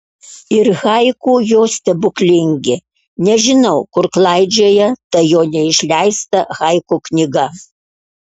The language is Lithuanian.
ir haiku jo stebuklingi nežinau kur klaidžioja ta jo neišleista haiku knyga